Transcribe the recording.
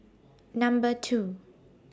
Number two